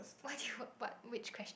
okay but which question